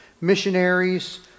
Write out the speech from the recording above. missionaries